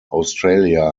australia